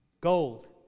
Gold